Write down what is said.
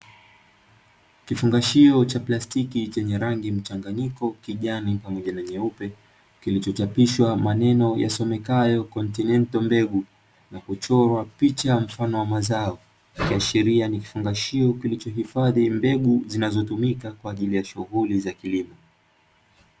Kifungashio cha plastiki chenye rangi mchanganyiko kijani pamoja na nyeupe kilichochapishwa maneno yasomekayo " continental" mbegu na kuchorwa picha ya mfano wa mazao ikihashiria ni kifungashio kilicho hifadhi mbegu zinazotumika kwa ajili ya shughuli za kilimo.